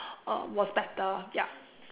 uh was better yup